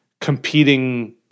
competing